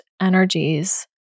energies